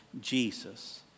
Jesus